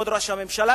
כבוד ראש הממשלה,